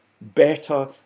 better